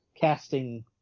casting